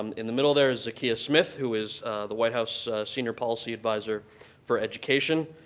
um in the middle there is zakiya smith, who is the white house senior policy advisor for education.